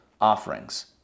offerings